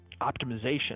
optimization